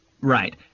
Right